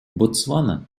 ботсвана